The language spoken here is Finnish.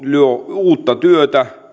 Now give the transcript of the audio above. uutta työtä